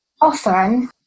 often